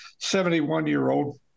71-year-old